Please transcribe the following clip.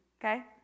okay